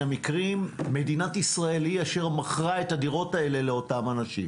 המקרים מדינת ישראל היא אשר מכרה את הדירות האלה לאותם אנשים.